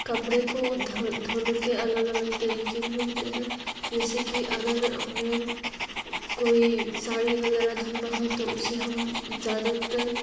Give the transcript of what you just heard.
कपड़े को धोने के अलग अलग तरीके भी होते हैं जैसे कि अगर हमें कोई साड़ी वगैरह धोना हो तो उसे हम ज़्यादातर